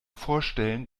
vorstellen